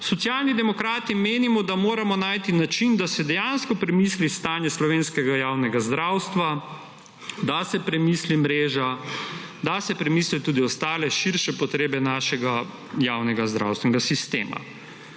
Socialni demokrati menimo, da moramo najti način, da se dejansko premisli stanje slovenskega javnega zdravstva, da se premisli mreža, da se premislijo tudi ostale širše potrebe našega javnega zdravstvenega sistema.